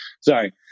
sorry